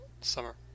summer